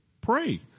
pray